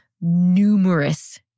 numerous